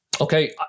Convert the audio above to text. Okay